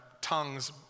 tongues